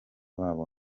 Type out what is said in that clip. babo